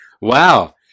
Wow